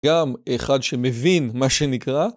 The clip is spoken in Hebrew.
גם, "אחד שמבין" מה שנקרא,